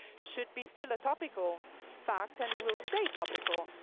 should be still a topical fact and will stay topical.